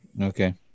Okay